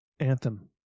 anthem